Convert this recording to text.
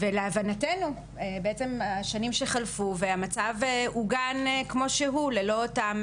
להבנתנו, השנים חלפו והמצב עוגן כמו שהוא ללא אותם